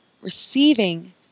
receiving